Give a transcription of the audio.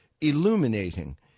illuminating